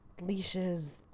leashes